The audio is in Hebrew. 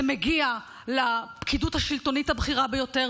זה מגיע לפקידות השלטונית הבכירה ביותר,